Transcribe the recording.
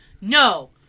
No